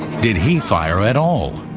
did he fire at all?